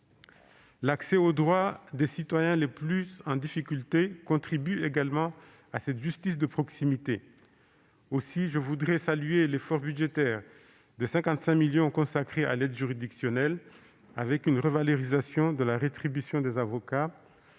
L'accès aux droits des citoyens les plus en difficulté contribue également à cette justice de proximité. Aussi, je voudrais saluer l'effort budgétaire de 55 millions d'euros consacré à l'aide juridictionnelle, prévoyant une revalorisation de la rétribution des avocats,